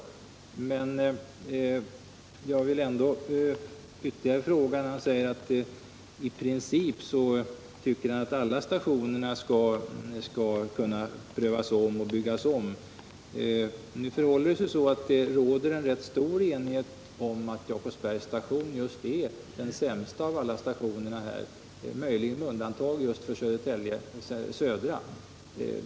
Kommunikationsministern säger att han i princip anser att alla stationer skall kunna byggas om efter omprövning. Det råder rätt stor enighet om att just Jakobsbergs station är den sämsta av alla stationer i Stockholmsområdet, möjligen med undantag för Södertälje Södra.